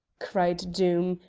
cried doom,